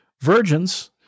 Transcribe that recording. virgins